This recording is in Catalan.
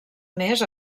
més